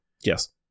Yes